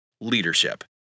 leadership